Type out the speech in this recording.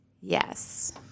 Yes